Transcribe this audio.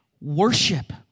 worship